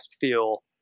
feel